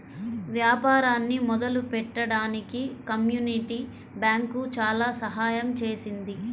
వ్యాపారాన్ని మొదలుపెట్టడానికి community bank చాలా సహాయం చేసింది